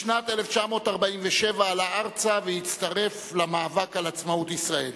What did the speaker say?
בשנת 1947 עלה ארצה והצטרף למאבק על עצמאות ישראל.